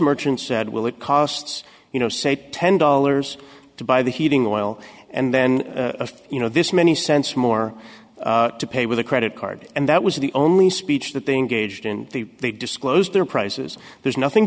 merchants said well it costs you know say ten dollars to buy the heating oil and then a you know this many cents more to pay with a credit card and that was the only speech that they engaged in the they disclosed their prices there's nothing